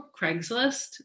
Craigslist